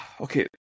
Okay